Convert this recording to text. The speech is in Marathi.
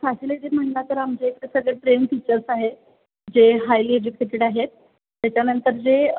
फॅसिलिटीज म्हणालात तर आमच्या इकडे सगळे ट्रेन टीचर्स आहेत जे हायली एज्युकेटेड आहेत त्याच्यानंतर जे